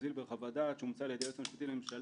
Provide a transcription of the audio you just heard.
זילבר חוות דעת שאומצה על-ידי היועץ המשפטי לממשלה,